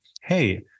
hey